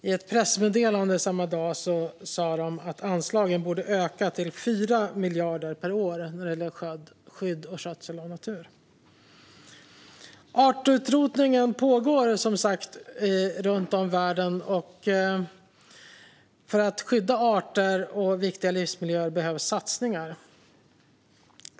I ett pressmeddelande samma dag sa man att anslagen för skydd och skötsel av natur borde öka till 4 miljarder per år. Artutrotningen pågår som sagt runt om i världen, och för att skydda arter och viktiga livsmiljöer behövs satsningar.